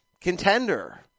contender